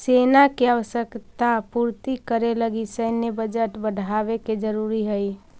सेना के आवश्यकता पूर्ति करे लगी सैन्य बजट बढ़ावे के जरूरी हई